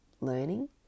learning